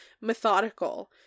methodical